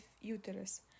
uterus